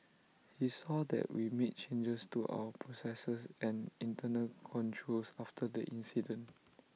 he saw that we made changes to our processes and internal controls after the incident